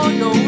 no